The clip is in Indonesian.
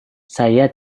saya